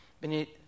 beneath